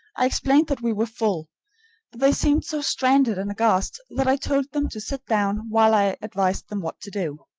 i explained that we were full, but they seemed so stranded and aghast, that i told them to sit down while i advised them what to do.